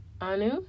Anu